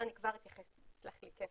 אני כבר אתייחס לזה.